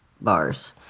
bars